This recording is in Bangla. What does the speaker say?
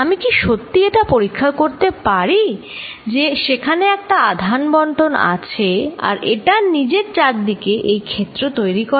আমি কি সত্যি এটা পরীক্ষা করতে পারি যে সেখানে একটা আধান বন্টন আছে আর এটা নিজের চারিদিকে এই ক্ষেত্র তৈরি করে